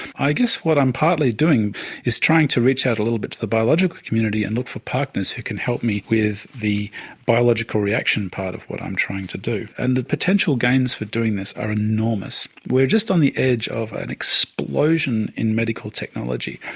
i guess what i'm partly doing is trying to reach out a little bit to the biological community and look for partners who can help me with the biological reaction part of what i'm trying to do. and the potential gains for doing this are enormous. we're just on the edge of an explosion in medical technology,